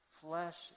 Flesh